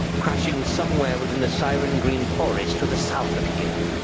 crashing somewhere within the so cyrengreen forest to the south of here.